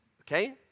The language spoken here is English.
okay